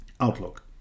Outlook